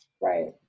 right